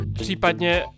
Případně